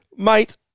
Mate